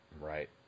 Right